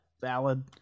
valid